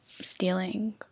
stealing